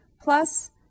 Plus